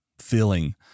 feeling